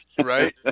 Right